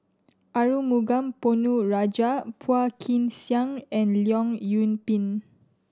Arumugam Ponnu Rajah Phua Kin Siang and Leong Yoon Pin